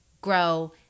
grow